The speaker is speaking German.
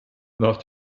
nach